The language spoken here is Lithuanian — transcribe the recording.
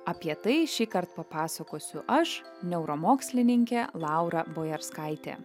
apie tai šįkart papasakosiu aš neuromokslininkė laura bojarskaitė